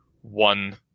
one